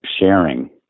sharing